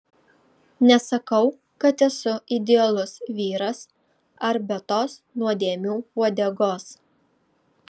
nesakau kad esu idealus vyras ar be tos nuodėmių uodegos